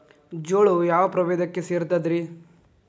ಜೋಳವು ಯಾವ ಪ್ರಭೇದಕ್ಕ ಸೇರ್ತದ ರೇ?